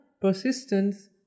persistence